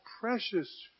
precious